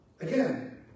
Again